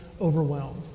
overwhelmed